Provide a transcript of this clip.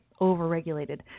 overregulated